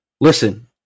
Listen